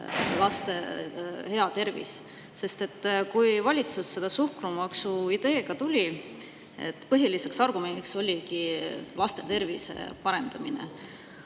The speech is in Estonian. laste hea tervis. Sest kui valitsus selle suhkrumaksu ideega tuli, siis põhiliseks argumendiks oligi laste tervise parendamine.